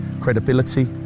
credibility